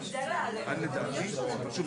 אני פותח חלון ביום של שמש,